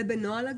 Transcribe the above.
זה בנוהל?